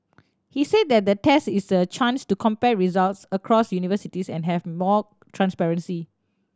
he's added that the test is a chance to compare results across universities and have more transparency